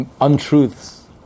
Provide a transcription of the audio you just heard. untruths